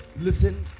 Listen